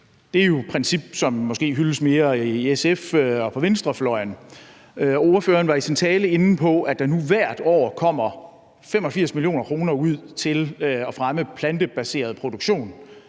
Det er et princip, som måske hyldes mere i SF og på venstrefløjen. Ordføreren var i sin tale inde på, at der nu hvert år kommer 85 mio. kr. ud til at fremme plantebaseret produktion,